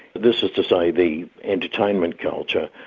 this is to say the entertainment culture,